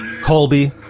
Colby